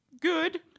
good